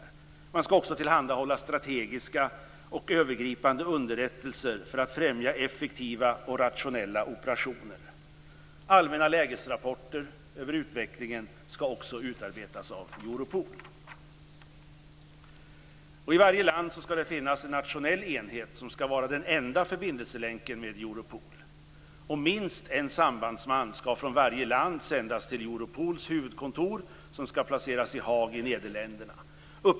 Vidare skall man tillhandahålla strategiska och övergripande underrättelser för att främja effektiva och rationella operationer. Allmänna lägesrapporter över utvecklingen skall också utarbetas av Europol. I varje land skall det finnas en nationell enhet som skall vara den enda förbindelselänken med Europol. Minst en sambandsman skall från varje land sändas till Europols huvudkontor, som skall placeras i Haag i Nederländerna.